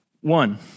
One